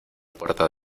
puerta